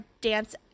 dance